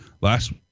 last